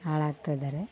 ಹಾಳಾಗ್ತಿದಾರೆ